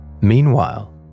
Meanwhile